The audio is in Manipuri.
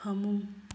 ꯐꯃꯨꯡ